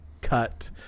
cut